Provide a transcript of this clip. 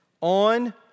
on